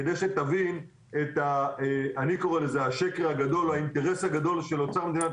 כדי שתבין את השקר הגדול או האינטרס הגדול של אוצר מדינת